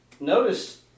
notice